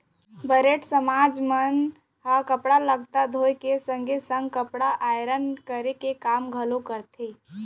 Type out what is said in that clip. बरेठ समाज मन ह कपड़ा लत्ता धोए के संगे संग कपड़ा आयरन करे के काम ल घलोक करथे